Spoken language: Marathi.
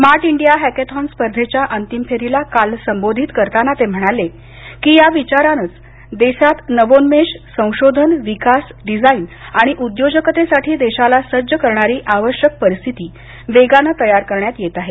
स्मार्ट इंडिया हॅकेथॉन स्पर्धेच्या अंतिम फेरीला काल संबोधित करताना ते म्हणाले की या विचारानेच देशात नवोन्मेष संशोधन विकास आणि उद्योजकतेसाठी देशाला सज्ज करणारी आवश्यक परिस्थिती वेगाने तयार करण्यात येत आहे